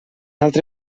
altre